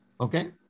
okay